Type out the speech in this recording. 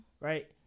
Right